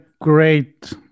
great